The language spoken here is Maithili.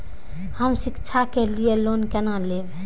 हम शिक्षा के लिए लोन केना लैब?